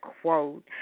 quote